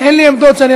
אני אומרת לך שאם